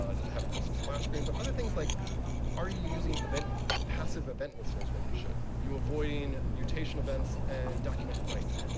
ah does it have a custom splash screen, but other things like are you using passive event listeners when you should? are you avoiding mutation events and document write?